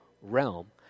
realm